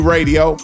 Radio